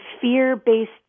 fear-based